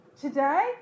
today